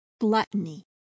Gluttony